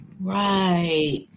Right